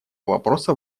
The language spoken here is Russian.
вопроса